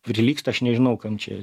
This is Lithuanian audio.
prilygsta aš nežinau kam čia